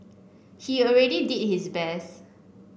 he already did his best